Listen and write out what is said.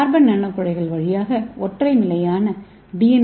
carbon நானோகுழாய்கள் வழியாக ஒற்றை நிலையான டி